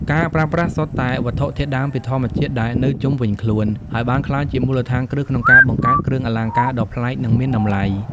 ការប្រើប្រាស់សុទ្ធតែវត្ថុធាតុដើមពីធម្មជាតិដែលនៅជុំវិញខ្លួន ហើយបានក្លាយជាមូលដ្ឋានគ្រឹះក្នុងការបង្កើតគ្រឿងអលង្ការដ៏ប្លែក និងមានតម្លៃ។